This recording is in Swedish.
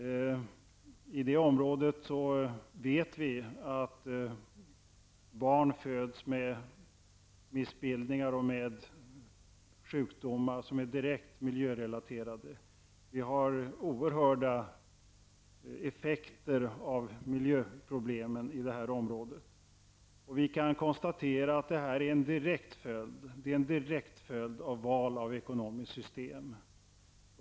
I det området vet vi att barn föds med missbildningar och sjukdomar som är direkt miljörelaterade. Det finns oerhörda effekter av miljöproblemen i det området. Vi kan konstatera att det är en direkt följd av valet av ekonomiskt system.